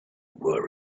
were